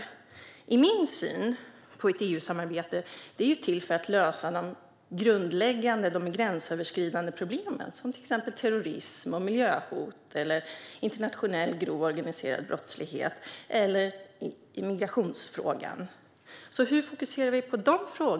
Enligt min syn är EU-samarbetet till för att lösa de grundläggande gränsöverskridande problemen gällande till exempel terrorism, miljöhot, internationell grov organiserad brottslighet och migrationsfrågan. Hur fokuserar vi på de frågorna?